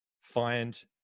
find